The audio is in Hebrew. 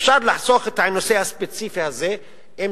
אפשר לחסוך את הנושא הספציפי הזה אם